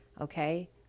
Okay